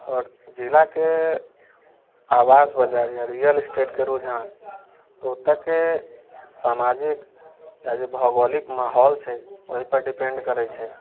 आओर जिलाके आवास बाजार या रियल इस्टेटके रुझान तऽ ओतोके सामाजिक या जे भौगोलिक माहौल छै ओहि पर डिपेंड करै छै